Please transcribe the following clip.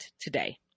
today